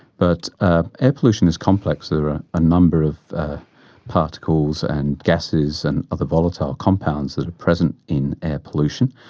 but ah air pollution is complex, there are a number of particles and gases and other volatile compounds that are present in air pollution,